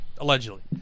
Allegedly